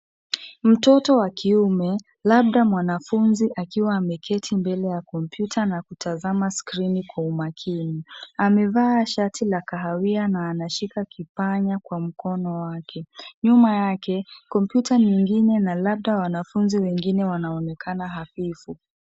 Mtoto wa kiume, labda mwanafunzi akiwa ameketi mbele ya kompyuta na kutazama skrini kwa umakini. Amevaa shati la kahawia na anashika kipanya kwa mkono wake. Nyuma yake, kompyuta nyingine na labda wanafunzi wengine wanaonekana hafifu.